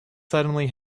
suddenly